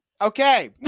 okay